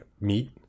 meat